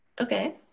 Okay